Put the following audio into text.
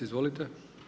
Izvolite.